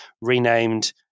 renamed